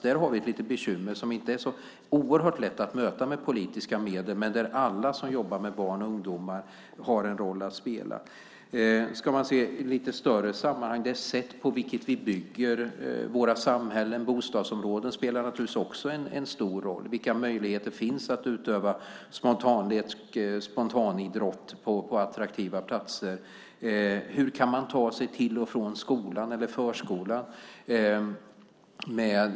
Där har vi ett litet bekymmer som inte är så oerhört lätt att möta med politiska medel men där alla som jobbar med barn och ungdomar har en roll att spela. Om man ska se det hela i ett lite större sammanhang handlar det om det sätt på vilket vi bygger våra samhällen och bostadsområden. Det spelar också en stor roll. Vilka möjligheter finns att utöva spontanlek och spontanidrott på attraktiva platser? Hur kan man ta sig till och från skolan eller förskolan?